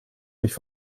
nicht